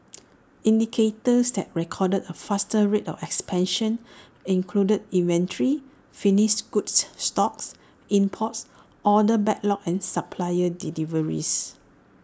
indicators that recorded A faster rate of expansion included inventory finished goods stocks imports order backlog and supplier deliveries